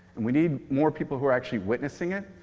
and we need more people who are actually witnessing it